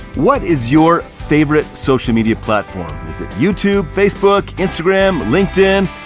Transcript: what is your favorite social media platform? is it youtube, facebook, instagram, linkedin,